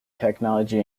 technology